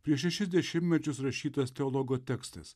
prieš šešis dešimtmečius rašytas teologo tekstas